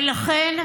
ולכן,